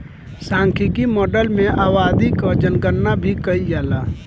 सांख्यिकी माडल में आबादी कअ जनगणना भी कईल जाला